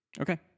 okay